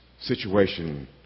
situation